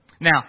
Now